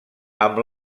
amb